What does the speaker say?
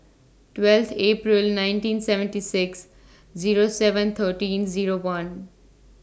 twelve April nineteen seventy six Zero seven thirteen Zero one